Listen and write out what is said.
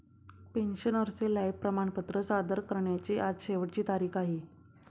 पेन्शनरचे लाइफ प्रमाणपत्र सादर करण्याची आज शेवटची तारीख आहे